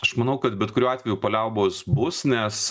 aš manau kad bet kuriuo atveju paliaubos bus nes